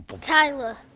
Tyler